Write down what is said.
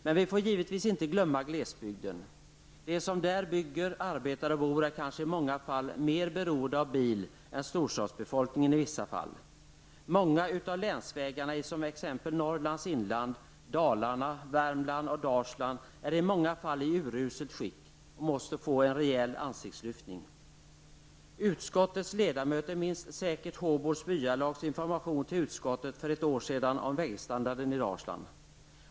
Men vi får givetvis inte glömma glesbygden. De som där bygger, arbetar och bor är kanske i många fall mer beroende av bil än storstadsbefolkningen i vissa fall. Många av länsvägarna i som t.ex. Norrlands inland, Dalarna, Värmland och Dalsland är i uruselt skick och måste få en rejäl ansiktslyftning. Utskottets ledamöter minns säkert Håbols Byalags information till utskottet för ett år sedan om vägstandarden i Dalsland.